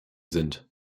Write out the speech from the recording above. sind